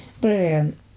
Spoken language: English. brilliant